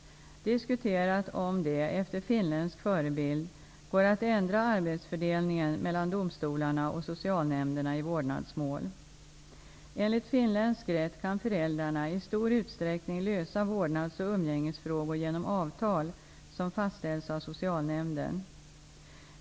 diskuterat om det -- efter finländsk förebild -- går att ändra arbetsfördelningen mellan domstolarna och socialnämnderna i vårdnadsmål. Enligt finländsk rätt kan föräldrarna i stor utsträckning lösa vårdnads och umgängesfrågor genom avtal, som fastställs av socialnämnden.